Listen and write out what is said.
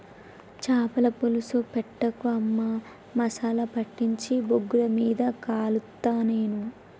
చాపల పులుసు పెట్టకు అమ్మా మసాలా పట్టించి బొగ్గుల మీద కలుస్తా నేను